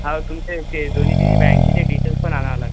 हो तुमचे जे दोन्ही जे बँकेचे डिटेल्स पण आणावं लागेल